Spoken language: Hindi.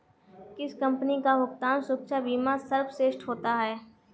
किस कंपनी का भुगतान सुरक्षा बीमा सर्वश्रेष्ठ होता है?